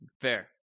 Fair